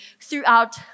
throughout